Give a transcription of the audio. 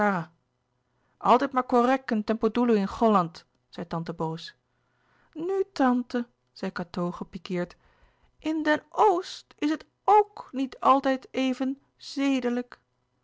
altijd maar korèk in tempo doeloe in ghollànd zei tante boos nu tante zei cateau gepiqueerd in den o o s t is het ok niet altijd even